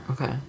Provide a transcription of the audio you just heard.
Okay